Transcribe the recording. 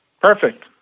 Perfect